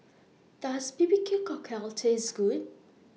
Does B B Q Cockle Taste Good